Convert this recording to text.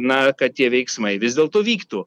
na kad tie veiksmai vis dėlto vyktų